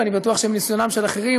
ואני בטוח שמניסיונם של אחרים,